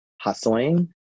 hustling